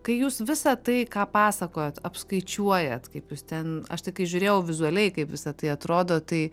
kai jūs visa tai ką pasakojot apskaičiuojat kaip jūs ten aš tai kai žiūrėjau vizualiai kaip visa tai atrodo tai